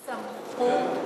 כמובן.